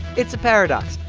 it's a paradox.